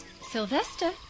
Sylvester